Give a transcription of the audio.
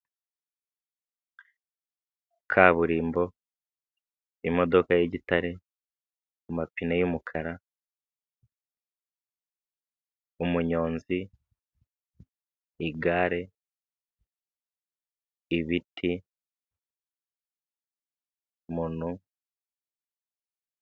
Kaburimbo imodoka yigitare, amapine y'umukara, umunyonzi, igare, ibiti, umuntu.